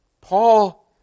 Paul